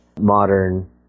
modern